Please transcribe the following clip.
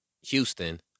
Houston